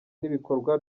n’ibikorwa